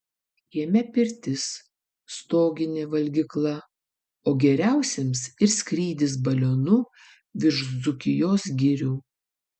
kieme pirtis stoginė valgykla o geriausiems ir skrydis balionu virš dzūkijos girių